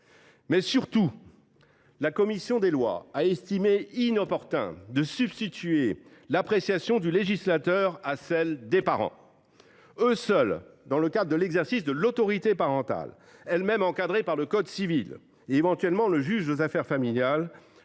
Enfin, la commission des lois a estimé inopportun de substituer l’appréciation du législateur à celle des parents. Eux seuls, dans le cadre de l’exercice de l’autorité parentale, elle même encadrée par le code civil et, éventuellement, par le juge aux affaires familiales,